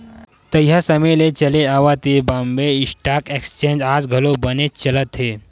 तइहा समे ले चले आवत ये बॉम्बे स्टॉक एक्सचेंज आज घलो बनेच चलत हे